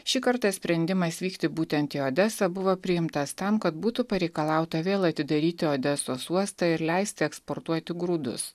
šį kartą sprendimas vykti būtent į odesą buvo priimtas tam kad būtų pareikalauta vėl atidaryti odesos uostą ir leisti eksportuoti grūdus